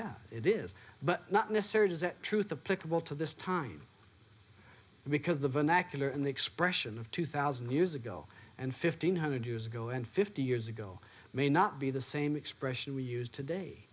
yeah it is but not necessary does that truth the pick of all to this time because the vernacular and the expression of two thousand years ago and fifteen hundred years ago and fifty years ago may not be the same expression we use today